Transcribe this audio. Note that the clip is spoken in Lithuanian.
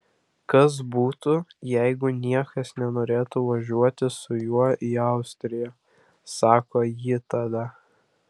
kas būtų jeigu niekas nenorėtų važiuoti su juo į austriją sako ji tada